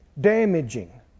damaging